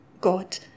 God